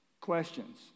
questions